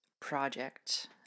project